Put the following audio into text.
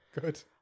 Good